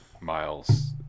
Miles